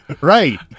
Right